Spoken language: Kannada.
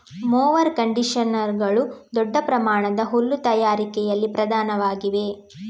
ಮೊವರ್ ಕಂಡಿಷನರುಗಳು ದೊಡ್ಡ ಪ್ರಮಾಣದ ಹುಲ್ಲು ತಯಾರಿಕೆಯಲ್ಲಿ ಪ್ರಧಾನವಾಗಿವೆ